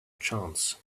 chance